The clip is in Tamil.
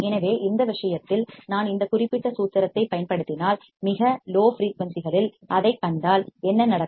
எனவே இந்த விஷயத்தில் நான் இந்த குறிப்பிட்ட சூத்திரத்தைப் பயன்படுத்தினால் மிக லோ ஃபிரீயூன்சிகளில் அதைக் கண்டால் என்ன நடக்கும்